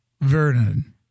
Vernon